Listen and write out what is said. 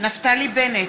נפתלי בנט,